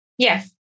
Yes